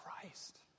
Christ